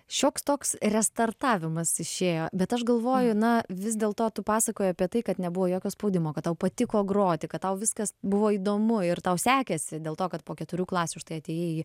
šioks toks restartavimas išėjo bet aš galvoju na vis dėl to tu pasakoji apie tai kad nebuvo jokio spaudimo kad tau patiko groti kad tau viskas buvo įdomu ir tau sekėsi dėl to kad po keturių klasių štai atėjai į